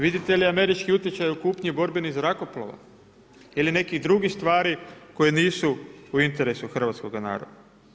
Vidite li američki utjecaj u kupnji borbenih zrakoplova ili nekih drugih stvari koje nisu u interesu hrvatskog naroda?